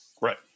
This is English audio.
Right